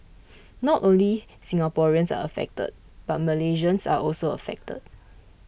not only Singaporeans are affected but Malaysians are also affected